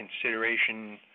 consideration